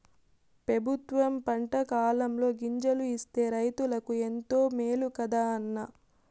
పెబుత్వం పంటకాలంలో గింజలు ఇస్తే రైతులకు ఎంతో మేలు కదా అన్న